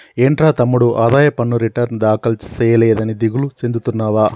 ఏంట్రా తమ్ముడు ఆదాయ పన్ను రిటర్న్ దాఖలు సేయలేదని దిగులు సెందుతున్నావా